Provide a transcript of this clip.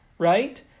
right